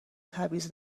تبعیض